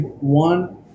one